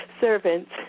servants